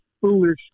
foolish